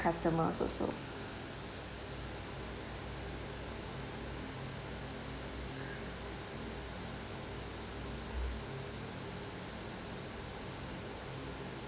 customers also